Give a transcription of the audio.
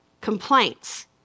Complaints